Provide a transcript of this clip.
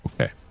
Okay